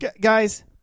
Guys